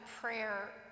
prayer